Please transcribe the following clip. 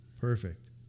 Perfect